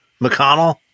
mcconnell